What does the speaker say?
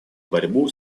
борьбу